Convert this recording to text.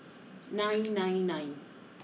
nine nine nine